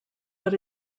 but